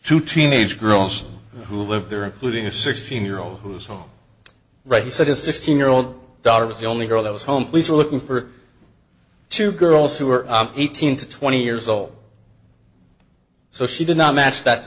two teenage girls who live there including a sixteen year old who's all right he said his sixteen year old daughter was the only girl that was home police are looking for two girls who are eighteen to twenty years old so she did not match that